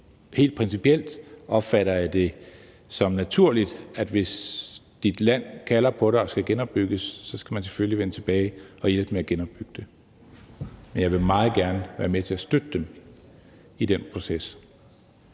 helt principielt opfatter jeg det som naturligt, at hvis dit land kalder på dig og skal genopbygges, så skal du selvfølgelig vende tilbage og hjælpe med at genopbygge det. Men jeg vil meget gerne være med til at støtte dem i den proces.